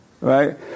right